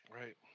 right